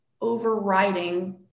overriding